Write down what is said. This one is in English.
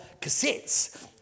cassettes